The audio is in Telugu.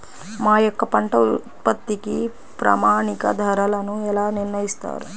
మా యొక్క పంట ఉత్పత్తికి ప్రామాణిక ధరలను ఎలా నిర్ణయిస్తారు?